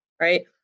right